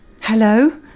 Hello